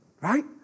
Right